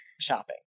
shopping